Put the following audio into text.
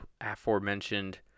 aforementioned